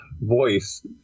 voice